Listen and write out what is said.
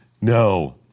no